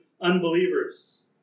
unbelievers